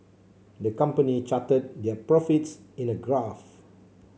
the company charted their profits in a graph